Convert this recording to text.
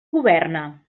governa